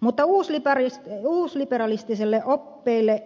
mutta uusliberalistisille